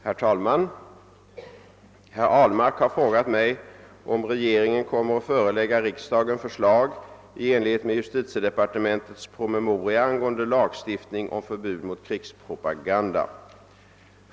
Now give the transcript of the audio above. Herr talman! Herr Ahlmark har frågat mig om regeringen kommer att förelägga riksdagen förslag i enlighet med justitiedepartementets promemoria angående lagstiftning om förbud mot krigspropaganda.